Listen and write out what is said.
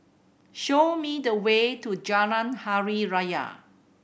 show me the way to Jalan Hari Raya